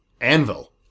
anvil